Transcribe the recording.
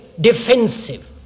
defensive